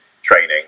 training